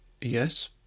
Yes